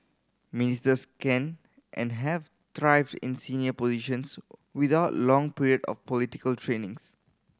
ministers can and have thrived in senior positions without long period of political trainings